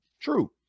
True